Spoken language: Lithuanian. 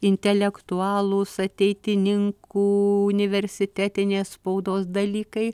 intelektualūs ateitininkų universitetinės spaudos dalykai